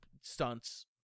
stunts